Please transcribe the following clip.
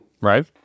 right